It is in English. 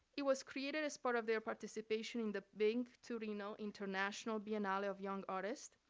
it was created as part of their participation in the big torino international biennial of young artists.